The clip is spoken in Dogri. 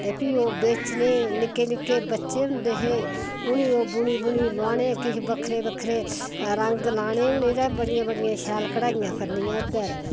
ते पिह् ओह् बेचना निक्के निक्के बच्चे होंदे है उनेंगी ओह् बुनी बुनी लुआने किश बक्खरे बक्खरे रंग लाने हून ते बडियां बडियां शैल कढाइयां करनी ओहदे उप्पर